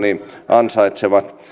ansaitsevat